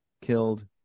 killed